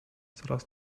coraz